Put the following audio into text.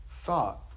thought